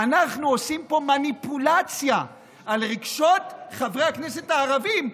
ואנחנו עושים פה מניפולציה על רגשות חברי הכנסת הערבים.